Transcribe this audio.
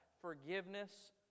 forgiveness